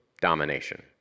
domination